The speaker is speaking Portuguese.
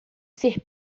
ser